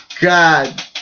God